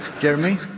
Jeremy